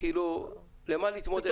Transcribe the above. למה להתמודד?